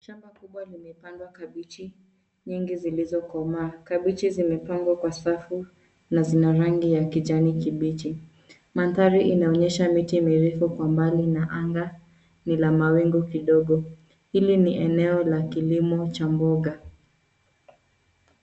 Shamba kubwa limepandwa kabichi nyingi zilizokomaa. Kabichi zimepandwa kwa safu na zina rangi ya kijani kibichi. Mandhari inaonyesha miti mirefu kwa mbali na anga ni la mawingu kidogo. Hili ni eneo la kilimo cha mboga.